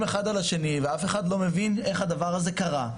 אחד על השני ואף אחד לא מבין איך הדבר הזה קרה.